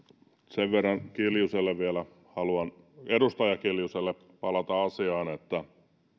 sen verran vielä haluan edustaja kiljuselle palata asiaan että